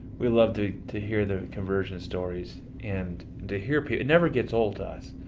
we love to to hear the conversion stories and to hear it never gets old to us,